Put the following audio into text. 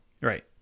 Right